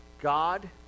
God